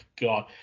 God